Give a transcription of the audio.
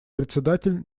председатель